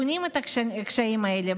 בונים את הקשיים האלה,